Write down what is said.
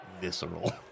visceral